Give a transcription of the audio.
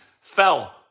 fell